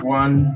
one